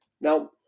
Now